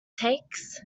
takes